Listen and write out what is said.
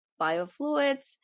biofluids